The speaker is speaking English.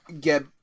get